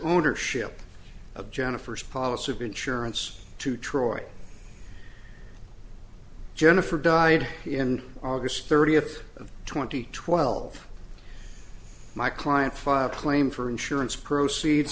ownership of jennifer's policy of insurance to troy jennifer died in august thirtieth of twenty twelve my client filed claim for insurance proceeds